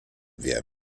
wir